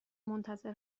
منتظر